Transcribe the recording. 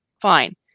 Fine